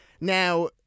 Now